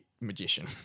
magician